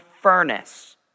furnace